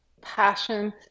passion